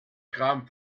kram